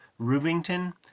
Rubington